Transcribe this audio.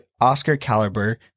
Oscar-caliber